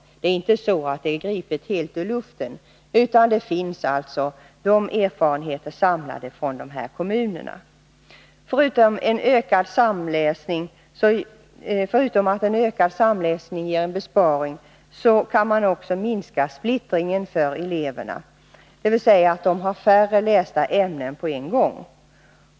Förslaget är alltså inte gripet ur luften, eftersom det finns erfarenheter samlade i kommunerna. Förutom att en ökad samläsning ger en besparing, så kan man också minska splittringen för eleverna, dvs. de har färre lästa ämnen på en gång.